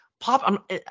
Pop